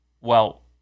Well-